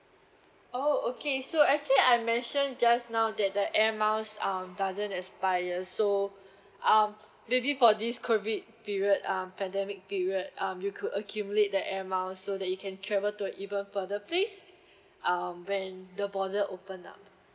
oh okay so actually I mention just now that the air miles um doesn't expire so um maybe for this COVID period um pandemic period um you could accumulate the air miles so that you can travel to a even further place um when the border open up